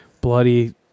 bloody